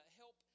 help